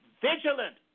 vigilant